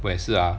我也是啊